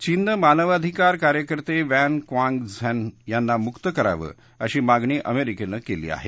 चीननं मानवाधिकार कार्यकर्ते व्यॅन क्वांग्झहॅन यांना मुक्त करावं अशी मागणी अमेरिकेनं केली आहे